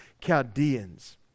Chaldeans